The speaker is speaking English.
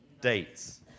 Dates